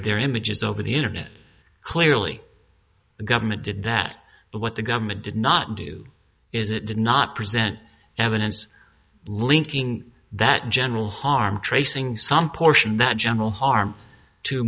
trade their images over the internet clearly the government did that but what the government did not do is it did not present evidence linking that general harm tracing some portion that general harm to